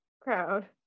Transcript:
crowd